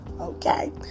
Okay